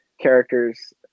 characters